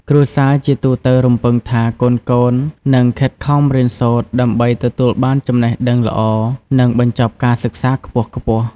គ្រួសារជាទូទៅរំពឹងថាកូនៗនឹង ខិតខំរៀនសូត្រដើម្បីទទួលបានចំណេះដឹងល្អ និងបញ្ចប់ការសិក្សាខ្ពស់ៗ។